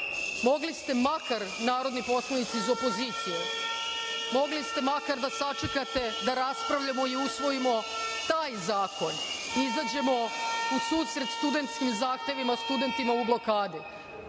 mogli ste, makar narodni poslanici iz opozicije, mogli ste makar da sačekate da raspravljamo i usvojimo taj zakon, izađemo u susret studentskim zahtevima studentima u blokadi.